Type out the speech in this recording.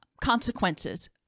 consequences